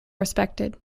respected